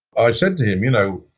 i said to him, you know,